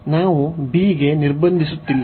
ನಾವು b ಗೆ ನಿರ್ಬಂಧಿಸುತ್ತಿಲ್ಲ